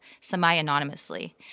semi-anonymously